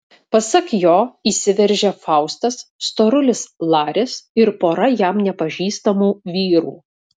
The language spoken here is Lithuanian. pasak jo įsiveržė faustas storulis laris ir pora jam nepažįstamų vyrų